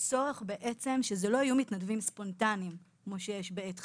יש צורך שזה לא יהיו מתנדבים ספונטניים כמו שיש בעת חירום,